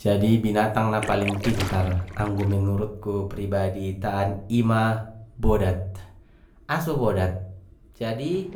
Jadi binatang na paling pintar anggo menurutku pribadi di itaan ima bodat, aso bodat jadi